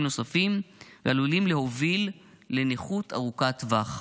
נוספים ועלולים להוביל לנכות ארוכת טווח.